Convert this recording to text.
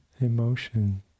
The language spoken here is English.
emotion